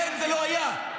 אין ולא היה.